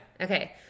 Okay